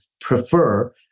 prefer